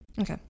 okay